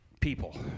people